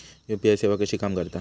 UPI सेवा कशी काम करता?